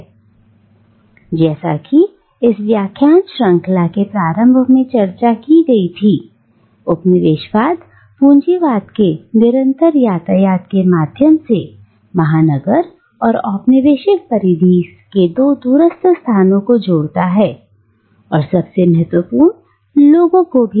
खैर जैसा कि इस व्याख्यान श्रंखला के प्रारंभ में चर्चा की गई थी उपनिवेशवाद पूंजीवाद के निरंतर यातायात के माध्यम से महानगर और औपनिवेशिक परिधि के दो दूरस्थ स्थानों को जोड़ता है और सबसे महत्वपूर्ण लोगों को भी